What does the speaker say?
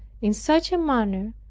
in such a manner,